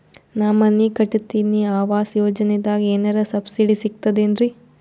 ನಾ ಮನಿ ಕಟಕತಿನಿ ಆವಾಸ್ ಯೋಜನದಾಗ ಏನರ ಸಬ್ಸಿಡಿ ಸಿಗ್ತದೇನ್ರಿ?